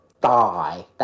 die